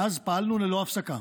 מאז פעלנו ללא הפסקה,